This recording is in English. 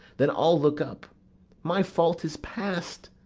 then i'll look up my fault is past.